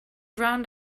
around